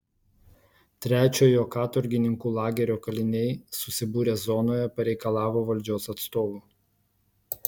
trečiojo katorgininkų lagerio kaliniai susibūrę zonoje pareikalavo valdžios atstovų